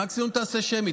מקסימום תעשה שמית.